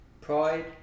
pride